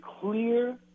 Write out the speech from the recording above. clear